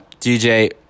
DJ